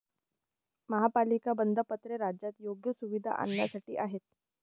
महापालिका बंधपत्रे राज्यात योग्य सुविधा आणण्यासाठी आहेत